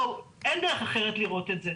בואו, אין דרך אחרת לראות את זה.